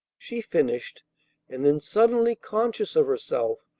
she finished and then, suddenly conscious of herself,